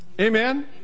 Amen